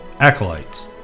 acolytes